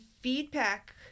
feedback